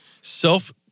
Self